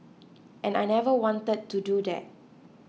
and I never wanted to do that